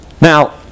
Now